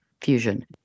fusion